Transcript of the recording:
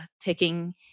taking